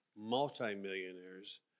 multimillionaires